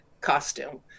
costume